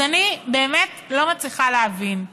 אז אני באמת לא מצליחה להבין,